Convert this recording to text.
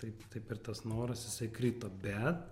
taip taip ir tas noras jisai krito bet